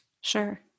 Sure